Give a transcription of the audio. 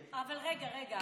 אבל רגע,